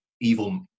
evil